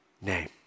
name